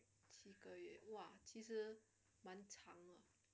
七个月哇其实蛮长了